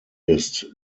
ist